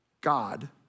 God